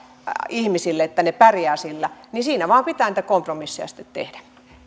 ihmisille että he pärjäävät sillä niin siinä vain pitää niitä kompromisseja sitten tehdä